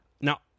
Now